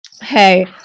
Hey